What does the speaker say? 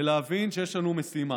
וצריך להבין שיש לנו משימה.